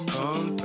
Come